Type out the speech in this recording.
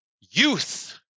Youth –